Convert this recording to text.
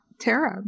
Tara